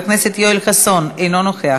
חבר הכנסת יואל חסון אינו נוכח,